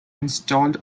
installed